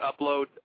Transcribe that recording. upload